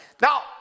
Now